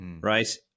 Right